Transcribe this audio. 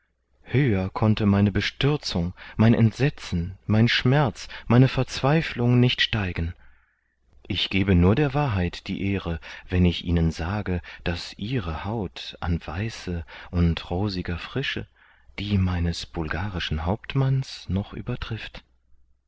höher konnte meine bestürzung mein entsetzen mein schmerz meine verzweiflung nicht steigen ich gebe nur der wahrheit die ehre wenn ich ihnen sage daß ihre haut an weiße und rosiger frische die meines bulgarischen hauptmanns noch übertrifft